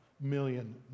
million